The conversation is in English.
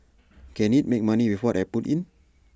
can IT make money with what I put in